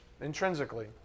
intrinsically